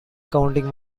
counting